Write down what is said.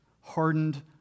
hardened